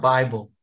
Bible